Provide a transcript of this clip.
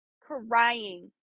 crying